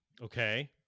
Okay